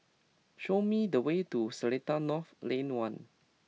show me the way to Seletar North Lane One